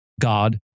God